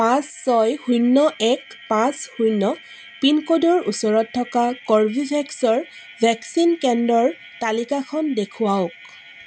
পাঁচ ছয় শূন্য এক পাঁচ শূন্য পিনক'ডৰ ওচৰত থকা কৰ্বীভেক্সৰ ভেকচিন কেন্দ্ৰৰ তালিকাখন দেখুৱাওক